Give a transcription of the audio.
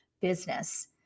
business